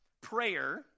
prayer